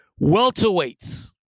Welterweights